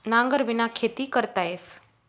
नांगरबिना खेती करता येस